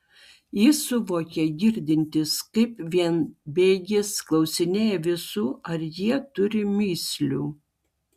jis suvokė girdintis kaip vienbėgis klausinėja visų ar jie turi mįslių